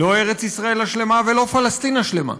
לא ארץ ישראל השלמה ולא פלסטין השלמה.